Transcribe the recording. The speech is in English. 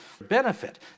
benefit